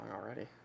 already